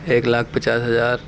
ایک لاکھ پچاس ہزار